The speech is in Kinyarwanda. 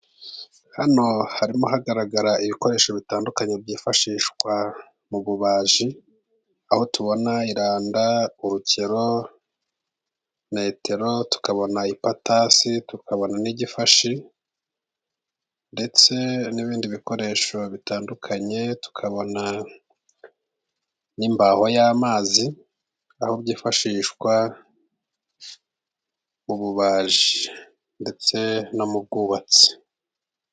Hano harimo hagaragara ibikoresho bitandukanye byifashishwa mu bubaji aho tubona iranda, urukero, metero, tukabona ipatasi, tukabona n'igifashi ndetse n'ibindi bikoresho bitandukanye tukabona n'imbaho y'amazi aho byifashishwa mu bubaji ndetse no mu bwubatsi.